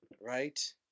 Right